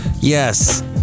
Yes